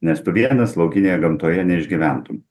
nes tu vienas laukinėje gamtoje neišgyventum